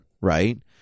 right